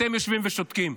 אתם יושבים ושותקים.